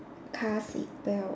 car seatbelt